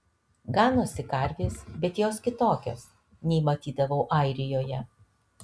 ganosi karvės bet jos kitokios nei matydavau airijoje